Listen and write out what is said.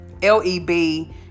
leb